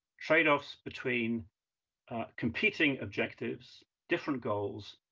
trade-offs between competing objectives, different goals,